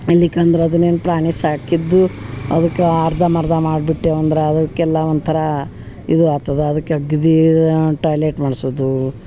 ಎಲ್ಲಿಕಂದ್ರ ಅದನೆನ್ ಪ್ರಾಣಿ ಸಾಕಿದ್ದು ಅದಕ್ಕ ಅರ್ಧಂಬರ್ಧ ಮಾಡ್ಬಿಟ್ಟೆವು ಅಂದ್ರ ಅದಕ್ಕೆಲ್ಲ ಒಂಥರ ಇದು ಆತದ ಅದಕ್ಕೆ ಅಗ್ದೀ ಟಾಯ್ಲೆಟ್ ಮಾಡ್ಸುದು